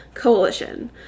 Coalition